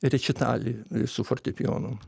rečitalį su fortepijonu